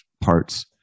parts